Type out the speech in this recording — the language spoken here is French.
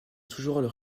toujours